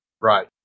Right